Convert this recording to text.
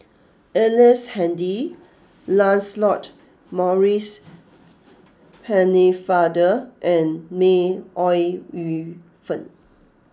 Ellice Handy Lancelot Maurice Pennefather and May Ooi Yu Fen